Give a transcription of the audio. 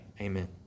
Amen